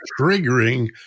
triggering